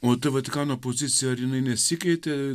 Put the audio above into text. o tai vatikano pozicija ar jinai nesikeitė